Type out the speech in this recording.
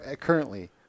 currently